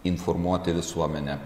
informuoti visuomenę